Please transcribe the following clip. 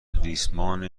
ریسمان